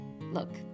Look